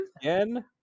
again